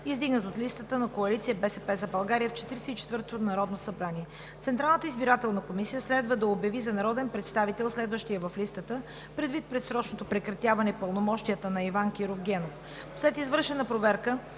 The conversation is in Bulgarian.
издигнат от листата на коалиция „БСП за България“ в Четиридесет и четвъртото народно събрание. Централната избирателна комисия следва да обяви за народен представител следващия в листата, предвид предсрочното прекратяване пълномощията на Иван Киров Генов. След извършена проверка